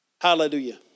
Hallelujah